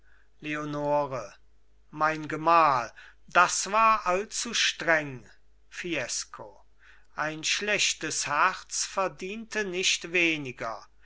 leonore mein gemahl das war allzu streng fiesco ein schlechtes herz verdiente nicht weniger